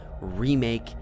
Remake